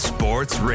Sports